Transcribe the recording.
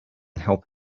help